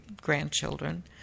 grandchildren